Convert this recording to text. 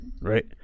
right